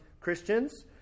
Christians